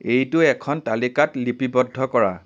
এইটো এখন তালিকাত লিপিবদ্ধ কৰা